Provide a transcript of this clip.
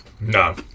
No